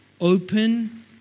open